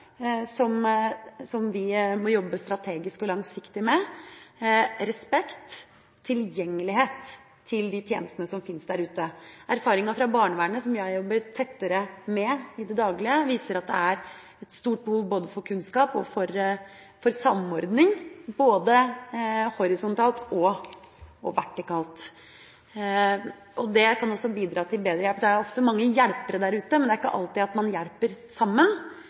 som vi må jobbe strategisk og langsiktig med – og respekt og tilgjengelighet til de tjenestene som finnes der ute. Erfaringer fra barnevernet, som jeg jobber tettere med i det daglige, viser at det er et stort behov for kunnskap og samordning både horisontalt og vertikalt. Det kan også bidra til bedre hjelp. Det er ofte mange hjelpere der ute, men det er ikke alltid man hjelper sammen.